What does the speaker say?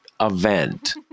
event